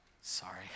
Sorry